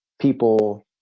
people